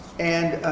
and.